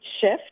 shift